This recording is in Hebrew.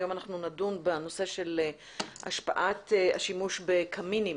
היום נדון בנושא: השפעת השימוש בקמינים